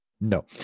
No